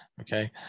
Okay